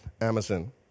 Amazon